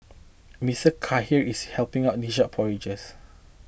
Mister Khair is helping on dish out porridge